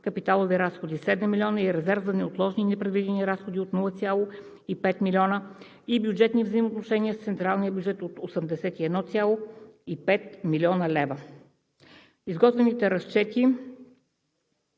капиталови разходи – 7,0 млн. лв., и резерв за неотложни и непредвидени разходи – 0,5 млн. лв., и бюджетни взаимоотношения с централния бюджет от 81,5 млн. лв. Изготвените разчети